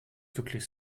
wirklich